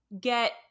get